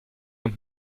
und